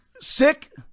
sick